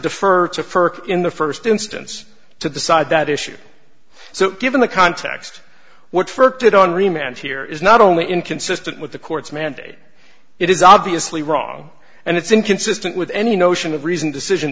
defer to further in the first instance to decide that issue so given the context what did on remand here is not only inconsistent with the court's mandate it is obviously wrong and it's inconsistent with any notion of reasoned decision